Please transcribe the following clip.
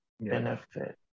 benefit